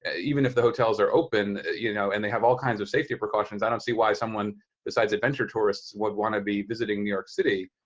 even if the hotels are open, you know, and they have all kinds of safety precautions, i don't see why someone besides adventure tourists would want to be visiting new york city.